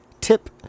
Tip